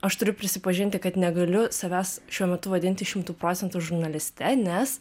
aš turiu prisipažinti kad negaliu savęs šiuo metu vadinti šimtu procentų žurnaliste nes